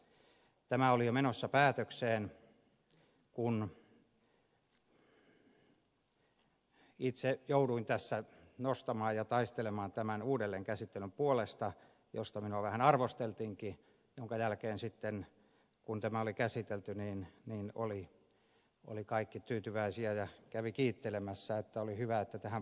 tä mä oli jo menossa päätökseen kun itse jouduin tässä nostamaan ja taistelemaan tämän uudelleenkäsittelyn puolesta mistä minua vähän arvosteltiinkin minkä jälkeen sitten kun tämä oli käsitelty kaikki olivat tyytyväisiä ja kävivät kiittelemässä että oli hyvä että tähän puututtiin